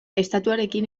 estatuarekin